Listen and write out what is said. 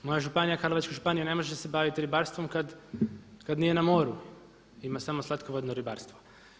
Moja županija, Karlovačka županija ne može se baviti ribarstvom kad nije na moru, ima samo slatkovodno ribarstvo.